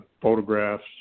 photographs